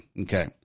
okay